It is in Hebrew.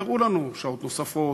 והראו לנו: שעות נוספות,